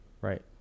Right